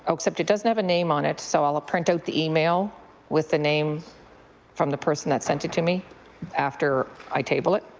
except it doesn't have a name on it. so i'll print out the email with the name from the person that sent it to me after i table it.